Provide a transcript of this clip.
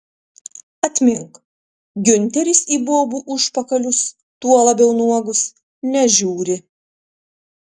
atmink giunteris į bobų užpakalius tuo labiau nuogus nežiūri